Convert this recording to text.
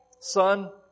Son